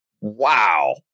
wow